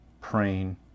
praying